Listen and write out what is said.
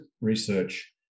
research